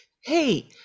hey